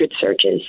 searches